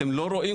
אתם לא רואים,